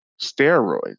steroids